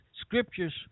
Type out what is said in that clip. scriptures